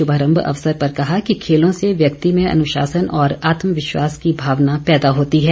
शुभारंभ अवसर पर कहा कि खेलों से व्यक्ति में अनुशासन और आत्मविश्वास की भावना पैदा होती है